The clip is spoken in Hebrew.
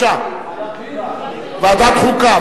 יש עוד הצעה, ועדת חוקה.